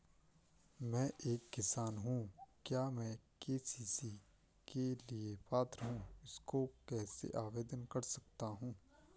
मैं एक किसान हूँ क्या मैं के.सी.सी के लिए पात्र हूँ इसको कैसे आवेदन कर सकता हूँ?